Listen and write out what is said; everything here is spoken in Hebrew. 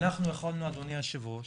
אנחנו יכולנו, אדוני היו"ר,